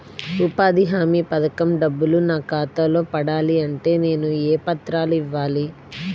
ఉపాధి హామీ పథకం డబ్బులు నా ఖాతాలో పడాలి అంటే నేను ఏ పత్రాలు ఇవ్వాలి?